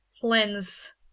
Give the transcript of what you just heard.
cleanse